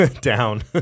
down